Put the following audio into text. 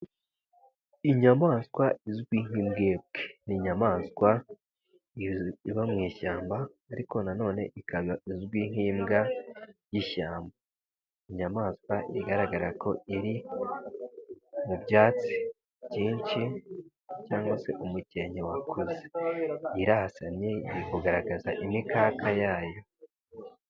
Inyamaswa izwi nk'imbwebwe ni inyamaswa iba mu ishyamba ariko na none ikaba izwi nk'imbwa y'ishyamba. Inyamaswa igaragara ko iri mu byatsi byinshi cyangwa se umukenke wakoze irahasannye iri kugaragaza imikaka yayo.